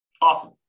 Awesome